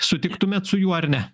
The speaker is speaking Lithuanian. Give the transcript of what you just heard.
sutiktumėt su juo ar ne